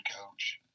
coach